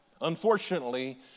unfortunately